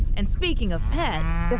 and speaking of pets.